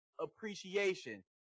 appreciation